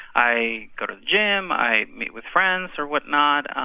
i go to the gym. i meet with friends or whatnot.